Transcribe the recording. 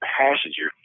passenger